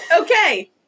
Okay